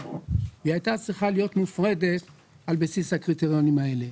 והיא הייתה צריכה להיות מופרדת על בסיס הקריטריונים האלה.